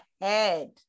head